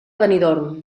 benidorm